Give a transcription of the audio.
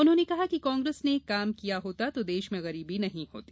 उन्होंने कहा कि कांग्रेस ने काम किया होता तो देश में गरीबी नहीं होती